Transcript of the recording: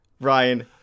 Ryan